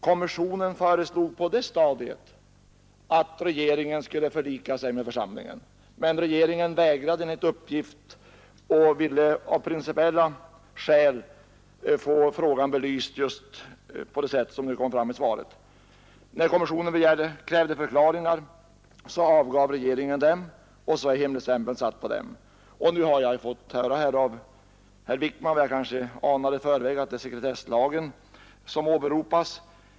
Kommissionen föreslog på det stadiet att regeringen skulle förlika sig med församlingen, men regeringen vägrade enligt uppgift och ville av principiella skäl få frågan belyst just på det sätt som nu kom fram i svaret. När kommissionen krävde förklaringar avgav regeringen sådana, som dock har hemligstämplats. Nu har jag av herr Wickman fått det besked som jag kanske anade i förväg, nämligen att det är sekretesslagen som åberopas.